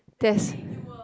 there's